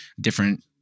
different